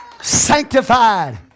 Sanctified